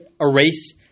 erase